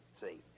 See